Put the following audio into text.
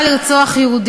חברת הכנסת איילת שקד.